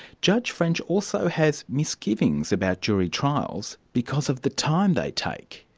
judge french also has misgivings about jury trials, because of the time they take.